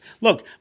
Look